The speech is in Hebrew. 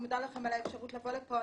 מודה לכם על האפשרות לבוא לפה.